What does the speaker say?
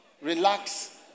Relax